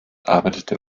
arbeitete